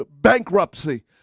bankruptcy